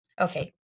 Okay